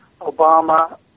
Obama